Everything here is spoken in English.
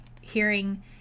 hearing